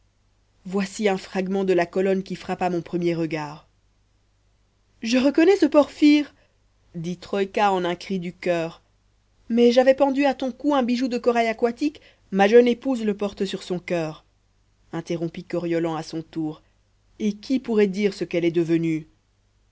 voici un fragment de la colonne qui frappa mon premier regard je reconnais ce porphyre dit troïka en un cri du coeur mais j'avais pendu à ton cou un bijou de corail aquatique ma jeune épouse le porte sur son coeur interrompit coriolan à son tour et qui pourrait dire ce qu'elle est devenue